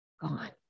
gone